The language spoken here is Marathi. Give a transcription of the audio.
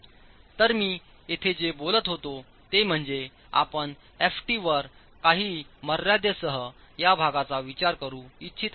तर मी येथे जे बोलत होतो ते म्हणजे आपण Ft वर काही मर्यादेसह या भागाचा विचार करू इच्छिता